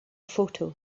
photo